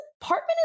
apartment